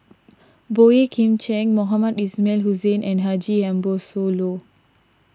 Boey Kim Cheng Mohamed Ismail Hussain and Haji Ambo Sooloh